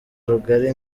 rugari